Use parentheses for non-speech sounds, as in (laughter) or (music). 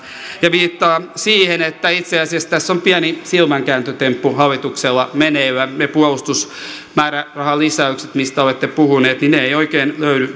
viittaan siihen että itse asiassa tässä on pieni silmänkääntötemppu hallituksella meneillään ne puolustusmäärärahalisäykset mistä olette puhuneet eivät oikein löydy (unintelligible)